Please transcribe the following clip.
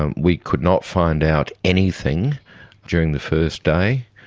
um we could not find out anything during the first day.